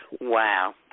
Wow